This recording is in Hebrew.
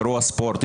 אירוע ספורט.